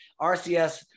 RCS